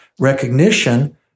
recognition